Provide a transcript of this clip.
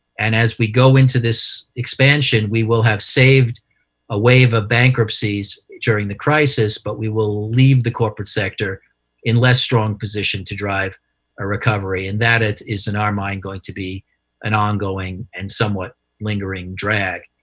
and as we go into this expansion, we will have saved a wave of bankruptcies during the crisis, but we will leave the corporate sector in less strong position to drive a recovery. and that is, in our mind, going to be an ongoing and somewhat lingering drag.